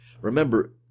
Remember